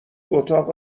اتاق